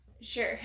Sure